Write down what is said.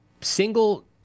single